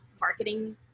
marketing